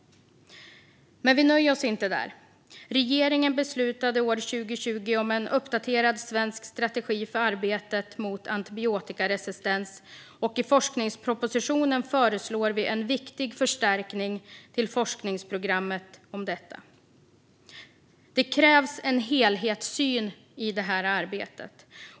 Men vi nöjer oss inte där. Regeringen beslutade år 2020 om en uppdaterad svensk strategi för arbetet mot antibiotikaresistens, och i forskningspropositionen föreslår vi en viktig förstärkning till forskningsprogrammet för detta. Det krävs en helhetssyn i det arbetet.